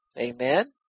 Amen